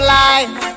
life